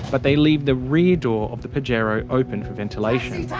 but they leave the rear door of the pajero open for ventilation.